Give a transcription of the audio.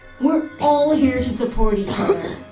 we're all here to support each other.